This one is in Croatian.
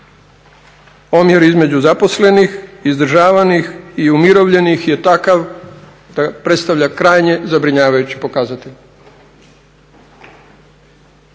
Omjer između zaposlenih, izdržavanih i umirovljenih je takav da predstavlja krajnje zabrinjavajući pokazatelj.